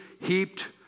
heaped